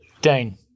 dane